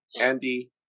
Andy